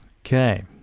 Okay